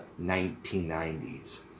1990s